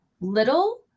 little